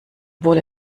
obwohl